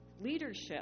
Leadership